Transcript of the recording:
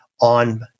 on